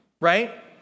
right